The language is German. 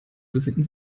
befinden